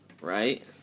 right